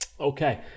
Okay